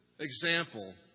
Example